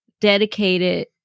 dedicated